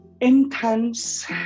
intense